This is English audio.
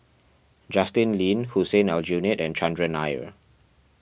Justin Lean Hussein Aljunied and Chandran Nair